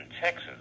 Texas